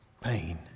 pain